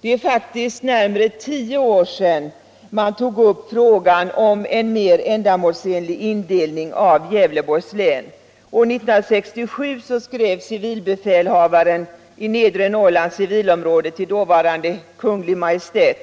Det är faktiskt närmare tio år sedan man tog upp frågan om en mer ändamålsenlig indelning av Gävleborgs län. År 1967 skrev civilbefälhavaren i Nedre Norrlands civilområde till dåvarande Kungl. Maj:t,